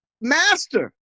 master